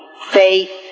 faith